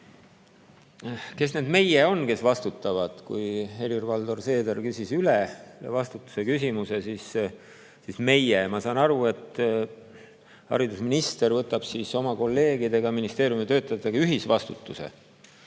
Kes need meie on, kes vastutavad? Kui Helir-Valdor Seeder küsis üle vastutuse küsimuse, siis ma sain aru, et haridusminister võtab oma kolleegidega, ministeeriumi töötajatega ühisvastutuse,